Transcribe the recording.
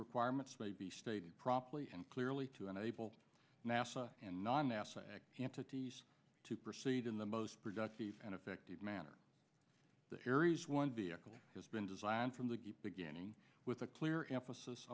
requirements may be stated properly and clearly to enable nasa and non nasa to proceed in the most productive and effective manner that carries one vehicle has been designed from the beginning with a clear emphasis